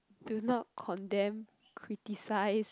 do not condemn criticize